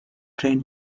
train